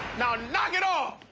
now, knock it off!